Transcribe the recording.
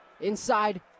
Inside